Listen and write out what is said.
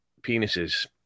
penises